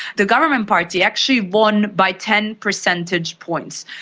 the government party actually won by ten percentage points,